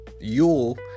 Yule